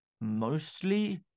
mostly